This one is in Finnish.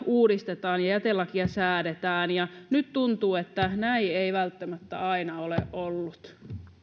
uudistetaan ja jätelakia säädetään ja nyt tuntuu että näin ei välttämättä aina ole ollut